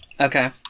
Okay